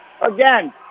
Again